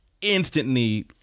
instantly